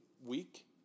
week